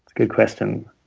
good question.